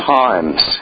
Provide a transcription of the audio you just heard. times